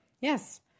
yes